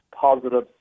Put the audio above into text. positive